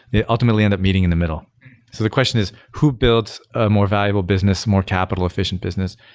they ultimately end up meeting in the middle. so the question is who builds a more valuable business more capital efficient business?